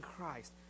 Christ